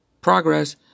progress